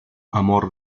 amor